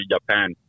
Japan